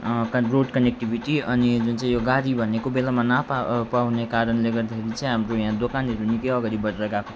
road connectivity अनि जुन चाहिँ गाडी भनेको बेलामा नापा पाउने कारणले गर्दाखेरि चाहिँ हाम्रो यहाँ दोकानहरू निकै अघि बढेर गएको छ